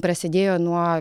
prasidėjo nuo